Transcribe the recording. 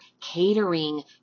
catering